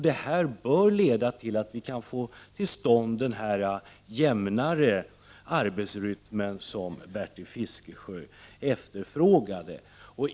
Detta bör leda till att en sådan jämnare arbetsrytm som Bertil Fiskesjö efterfrågade kan komma till stånd.